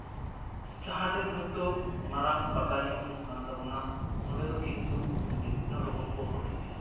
ᱡᱟᱦᱟᱸᱴᱷᱮᱱ ᱦᱚᱭᱛᱳ ᱢᱟᱨᱟᱝ ᱯᱟᱛᱟᱧᱚᱜ ᱦᱩᱭᱩᱜ ᱠᱟᱱ ᱛᱟᱵᱚᱱᱟ ᱚᱸᱰᱮ ᱫᱚ ᱠᱤᱱᱛᱩ ᱵᱤᱵᱷᱤᱱᱱᱚ ᱨᱚᱠᱚᱢ ᱠᱚ ᱦᱚᱨᱚᱜ ᱤᱫᱤᱭᱟ